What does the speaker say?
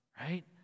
Right